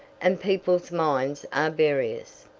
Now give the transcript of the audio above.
and people's minds are various.